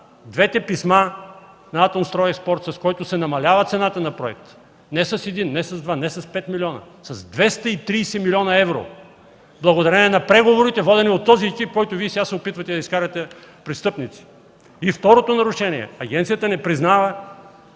двете писма на „Атомстройексторт”, с който се намалява цената на проекта не с един, не с два, не с пет милиона – с 230 млн. евро, благодарение на преговорите, водени от този екип, който Вие сега се опитвате да изкарате престъпници. И второто нарушение – агенцията не признава